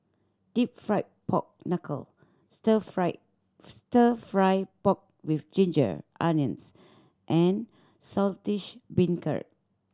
Deep Fried Pork Knuckle Stir Fry Stir Fry Pork with ginger onions and Saltish Beancurd